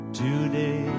today